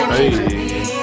Hey